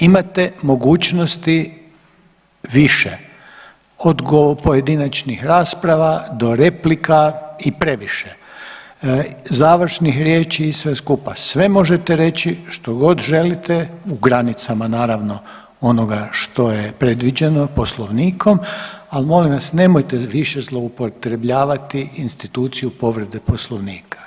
Imate mogućnosti više od pojedinačnih rasprava do replika i previše, završnih riječi i sve skupa, sve možete reći što god reći u granicama naravno onoga što je predviđeno Poslovnikom, al molim vas nemojte više zloupotrebljavati instituciju povrede Poslovnika.